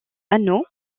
anneau